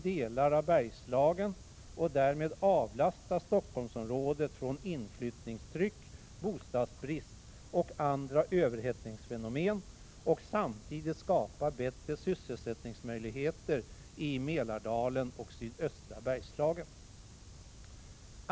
delar av Bergslagen och därmed avlasta Stockholmsområdet från inflyttningstryck, bostadsbrist och andra överhettningsfenomen och samtidigt skapa bättre sysselsättningsmöjligheter i Mälardalen och sydöstra Bergslagen.